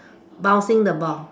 bouncing the ball